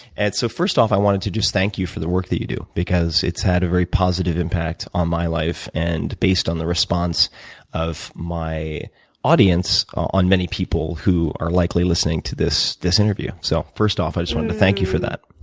and, so first off, i wanted to just thank you for the work that you do because it's had a very positive impact on my life and, based on the response of my audience, on many people who are likely listening to this this interview. so, first off, i just wanted to thank you for that.